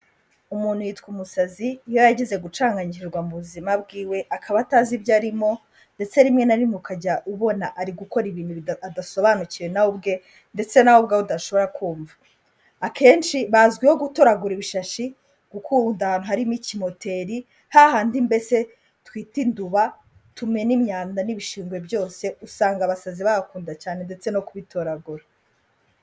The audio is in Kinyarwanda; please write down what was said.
Umuntu yitwa umusazi iyo yagize gucanganyikirwa mu buzima bw'iwe akaba atazi ibyo arimo ndetse rimwe na rimwe ukajya ubona ari gukora ibintu adasobanukiwe nawe we ubwe ndetse nawe ubwawe udashobora kumva, akenshi bazwiho gutoragura ibishashi gukunda ahari nk'ikimoteri hahandi mbese twita induba tumena imyanda n'ibishingwe byose usanga abasazi bakunda cyane ndetse no kubitoragura.